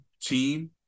team